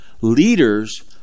leaders